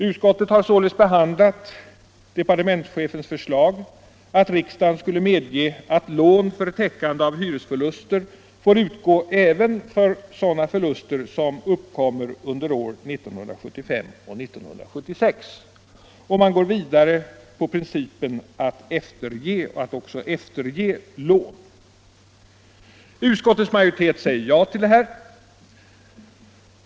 Utskottet har således behandlat departementschefens förslag att riksdagen skulle medge att lån för täckande av hyresförluster får utgå även för sådana förluster som uppkommer under åren 1975 och 1976, och man går vidare med principen att också efterge lån. Utskottets majoritet säger ja till detta.